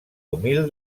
humil